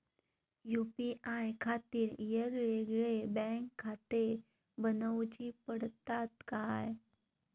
UPI खातीर येगयेगळे बँकखाते बनऊची पडतात काय?